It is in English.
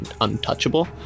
untouchable